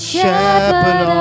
shepherd